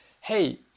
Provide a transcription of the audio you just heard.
hey